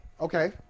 Okay